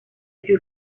you